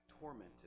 tormented